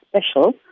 special